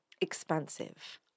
expansive